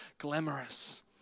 glamorous